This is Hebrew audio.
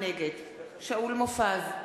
נגד שאול מופז,